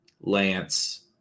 Lance